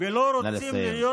ולא רוצים נא לסיים.